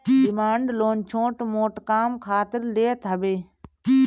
demand loan छोट मोट काम खातिर लेत हवे